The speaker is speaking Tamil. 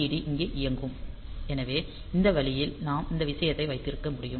டி இங்கே இயங்கும் எனவே இந்த வழியில் நாம் இந்த விஷயத்தை வைத்திருக்க முடியும்